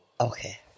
Okay